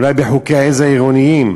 אולי בחוקי עזר עירוניים,